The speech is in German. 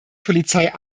polizei